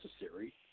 necessary